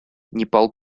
непал